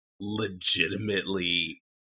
legitimately